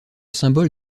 symbole